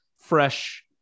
fresh